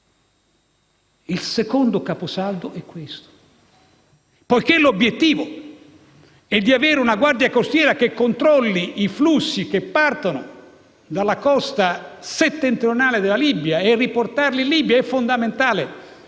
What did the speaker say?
Il secondo caposaldo è il seguente: poiché l'obiettivo è avere una Guardia costiera che controlli i flussi che partono dalla costa settentrionale della Libia per riportarli in Libia, è fondamentale